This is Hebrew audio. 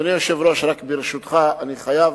אדוני היושב-ראש, ברשותך, אני חייב